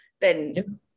then-